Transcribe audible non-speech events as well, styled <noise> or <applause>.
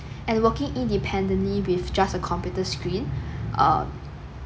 <breath> and working independently with just a computer screen err